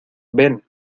ven